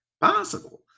possible